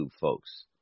folks